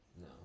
No